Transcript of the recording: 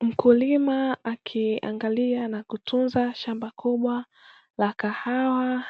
Mkulima akiangalia na kutunza shamba kubwa la kahawa,